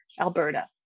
Alberta